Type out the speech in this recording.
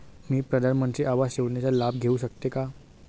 मी प्रधानमंत्री आवास योजनेचा लाभ घेऊ शकते का?